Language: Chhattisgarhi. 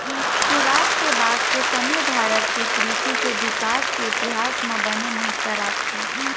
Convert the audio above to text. सुराज के बाद के समे भारत के कृसि के बिकास के इतिहास म बने महत्ता राखथे